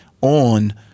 on